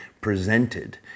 presented